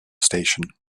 station